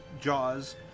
Jaws